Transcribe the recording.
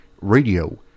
radio